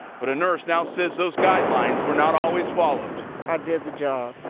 but a nurse now says those guidelines were not always followed i did the job.